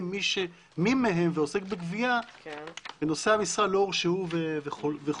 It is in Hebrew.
מי מהן ועוסק בגבייה ונושאי המשרה לא הורשעו וכו'